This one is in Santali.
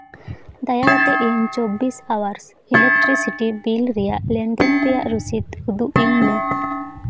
ᱫᱟᱭᱟ ᱠᱟᱛᱮᱫ ᱤᱧ ᱪᱚᱵᱵᱤᱥ ᱟᱣᱟᱨᱥ ᱤᱞᱮᱠᱴᱨᱤᱥᱤᱴᱤ ᱵᱤᱞ ᱨᱮᱭᱟᱜ ᱞᱮᱱᱫᱮᱱ ᱨᱮᱭᱟᱜ ᱨᱚᱥᱤᱫ ᱩᱫᱩᱜ ᱟᱹᱧ ᱢᱮ